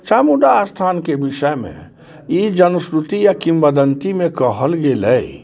चामुण्डा स्थानके विषयमे ई जनश्रुति या किम्वदन्तीमे कहल गेल अइ